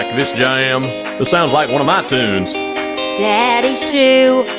ah this jam this sounds like one of my tunes daddy shoo!